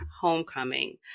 homecoming